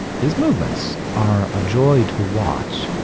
these movements are a joy to watch,